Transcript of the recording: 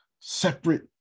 separate